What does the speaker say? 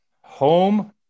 Home